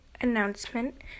announcement